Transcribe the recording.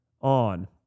on